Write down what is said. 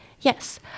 Yes